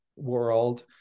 world